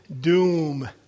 doom